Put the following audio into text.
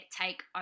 take